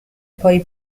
poi